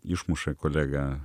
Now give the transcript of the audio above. išmuša kolegą